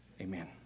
amen